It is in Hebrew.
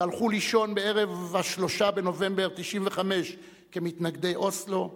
שהלכו לישון בערב ה-3 בנובמבר 1995 כמתנגדי אוסלו,